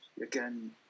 again